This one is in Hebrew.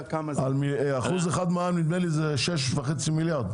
1% מע"מ נדמה לי שזה שישה וחצי מיליארד.